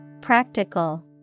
Practical